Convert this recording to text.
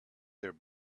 their